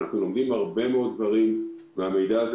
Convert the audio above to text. אנחנו לומדים הרבה מאוד דברים מהמידע הזה,